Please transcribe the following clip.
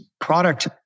product